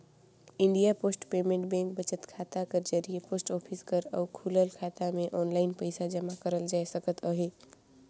India post payment bank बचत खाता कर जरिए पोस्ट ऑफिस कर अउ खुलल खाता में आनलाईन पइसा जमा करल जाए सकत अहे